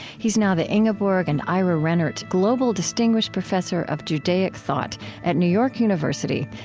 he is now the ingeborg and ira rennert global distinguished professor of judaic thought at new york university,